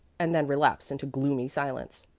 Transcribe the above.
and then relapse into gloomy silence.